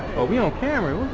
oh we're on camera,